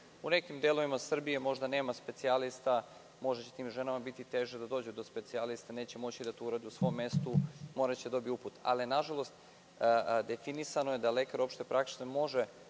nekim delovima Srbije možda nema specijalista, možda će tim ženama biti teže da dođu do specijaliste, neće moći da to urade u svom mestu, moraće da dobiju uput, ali definisano je da lekar opšte prakse može,